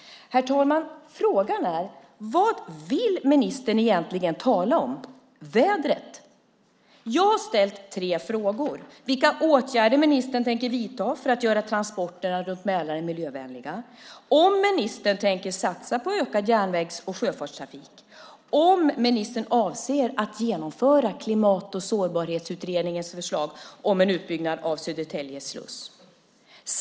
Herr talman! Frågan är vad ministern egentligen vill tala om. Vädret? Jag har ställt tre frågor. Vilka åtgärder tänker ministern vidta för att göra transporterna runt Mälaren miljövänliga? Tänker ministern satsa på ökad järnvägs och sjöfartstrafik? Avser ministern genomföra Klimat och sårbarhetsutredningens förslag om en utbyggnad av Södertälje sluss?